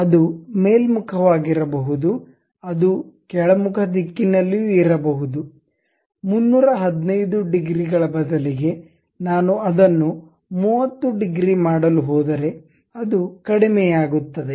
ಅದು ಮೇಲ್ಮುಖವಾಗಿರಬಹುದು ಅದು ಕೆಳಮುಖ ದಿಕ್ಕಿನಲ್ಲಿಯೂ ಇರಬಹುದು 315 ಡಿಗ್ರಿಗಳ ಬದಲಿಗೆ ನಾನು ಅದನ್ನು 30 ಡಿಗ್ರಿ ಮಾಡಲು ಹೋದರೆ ಅದು ಕಡಿಮೆಯಾಗುತ್ತದೆ